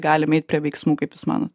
galim eit prie veiksmų kaip jūs manot